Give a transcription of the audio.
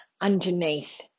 underneath